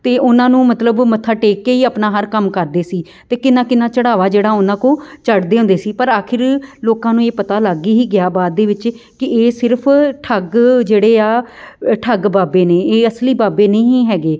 ਅਤੇ ਉਹਨਾਂ ਨੂੰ ਮਤਲਬ ਉਹ ਮੱਥਾ ਟੇਕ ਕੇ ਹੀ ਆਪਣਾ ਹਰ ਕੰਮ ਕਰਦੇ ਸੀ ਅਤੇ ਕਿੰਨਾ ਕਿੰਨਾ ਚੜਾਵਾ ਜਿਹੜਾ ਉਹਨਾਂ ਕੋਲ ਚੜਦੇ ਹੁੰਦੇ ਸੀ ਪਰ ਆਖਿਰ ਲੋਕਾਂ ਨੂੰ ਇਹ ਪਤਾ ਲੱਗ ਗਈ ਹੀ ਗਿਆ ਬਾਅਦ ਦੇ ਵਿੱਚ ਕਿ ਇਹ ਸਿਰਫ ਠੱਗ ਜਿਹੜੇ ਆ ਠੱਗ ਬਾਬੇ ਨੇ ਇਹ ਅਸਲੀ ਬਾਬੇ ਨਹੀਂ ਹੈਗੇ